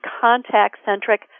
contact-centric